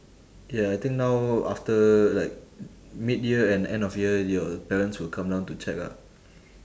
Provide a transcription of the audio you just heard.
ya I think now after like mid-year and end of year your parents will come down to check ah